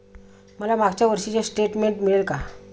मला मागच्या वर्षीचे स्टेटमेंट मिळेल का?